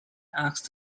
asked